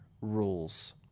rules